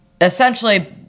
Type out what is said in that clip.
essentially